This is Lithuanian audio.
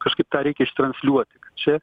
kažkaip tą reikia ištransliuoti čia